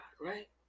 right